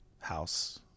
house